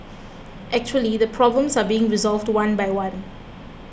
actually the problems are being resolved one by one